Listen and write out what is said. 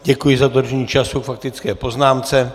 Děkuji za dodržení času k faktické poznámce.